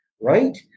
right